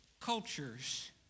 cultures